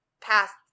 past